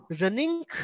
running